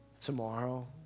tomorrow